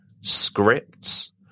scripts